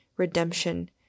redemption